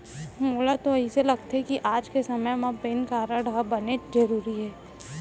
मोला तो अइसे लागथे कि आज के समे म पेन कारड ह बनेच जरूरी हे